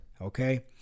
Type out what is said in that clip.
okay